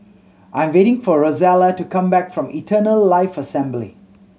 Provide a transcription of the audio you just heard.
I am waiting for Rosella to come back from Eternal Life Assembly